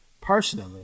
personally